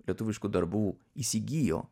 lietuviškų darbų įsigijo